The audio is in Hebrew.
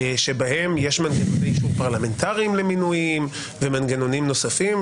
שבהן יש מנגנונים שהם פרלמנטריים למינויים ומנגנונים נוספים,